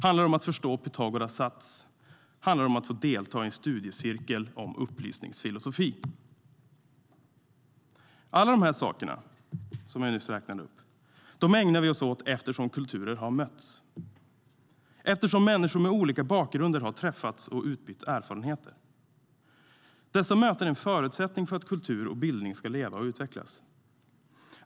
Handlar det om att förstå Pythagoras sats? Handlar det om att få delta i en studiecirkel i upplysningsfilosofi? Allt det jag nyss räknade upp ägnar vi oss åt eftersom kulturer har mötts och människor med olika bakgrunder har träffats och utbytt erfarenheter. Dessa möten är en förutsättning för att kultur och bildning ska leva och utvecklas.